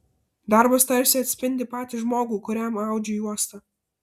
darbas tarsi atspindi patį žmogų kuriam audžiu juostą